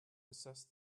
assessed